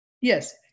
Yes